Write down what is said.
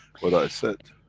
what i said,